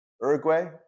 Uruguay